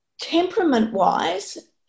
temperament-wise